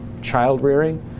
childrearing